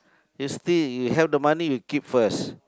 yesterday you held the money you keep first